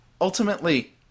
ultimately